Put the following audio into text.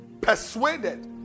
persuaded